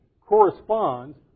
corresponds